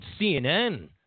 CNN